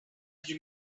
you